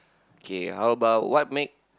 okay how about what make